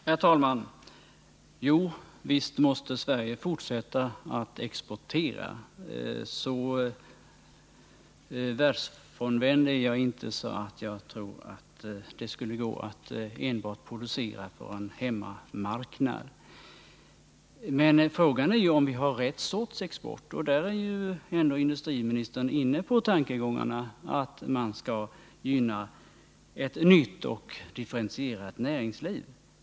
Herr talman! Jo, visst skall Sverige fortsätta att exportera. Så världsfrånvänd är jag inte att jag tror att det skulle gå att enbart producera för en hemmamarknad. Men frågan är om vi har rätt sorts export. Där är ju industriministern ändå inne på tankegångarna att man skall gynna ett nytt och differentierat näringsliv.